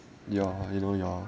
your your your